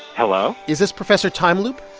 hello is this professor time loop?